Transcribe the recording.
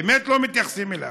באמת לא מתייחסים אליו.